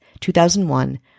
2001